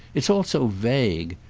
it's all so vague.